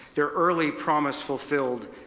their early promise fulfilled,